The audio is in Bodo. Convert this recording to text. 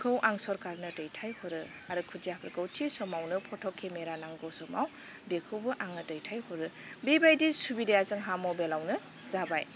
खौ आङो सरखारनो दैथाइहरो आरो खुदियाफोरखौ थि समावनो फट' केमेरा नांगौ समाव बेखौबो आङो दैथाइ हरो बेबायदि सुबिदाया जोंहा मबेलावनो जाबाय